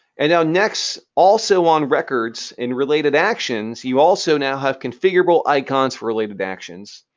and now, next, also on records in related actions, you also now have configurable icons for related actions.